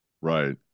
Right